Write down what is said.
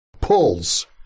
pulls